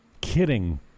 kidding